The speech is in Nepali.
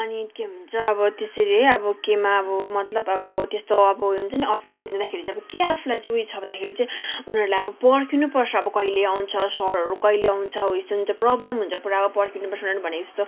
अनि के भन्छ अब त्यसरी है अब केमा अब मतलब अब त्यस्तो अब हुन्छ नि अफिसतिर जाँदाखेरि चाहिँ के आफूलाई चाहिँ उयो छ भन्दाखेरि चाहिँ उनीहरूलाई अब पर्खिनुपर्छ अब कहिले आउँछ सरहरू कहिले आउँछ हो यस्तो हुन्छ प्रोबलम हुन्छ पुरा पर्खिनुपर्छ उनीहरूले भनेको जस्तो